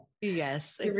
yes